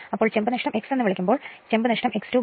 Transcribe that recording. അതിനാൽ ചെമ്പ് നഷ്ടം X എന്ന് വിളിക്കുമ്പോൾ ചെമ്പ് നഷ്ടം X2 Wc